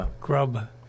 grub